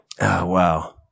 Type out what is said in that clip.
Wow